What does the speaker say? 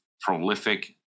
prolific